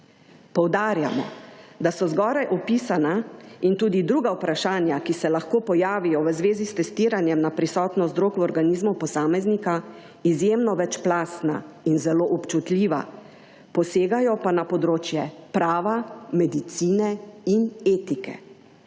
Poudarjamo, da so zgoraj opisana in tudi druga vprašanja, ki se lahko pojavijo v zvezi s testiranjem na prisotnost drog v organizmu posameznika, izjemno večplastna in zelo občutljiva, posegajo pa na področje prava, medicine in etike.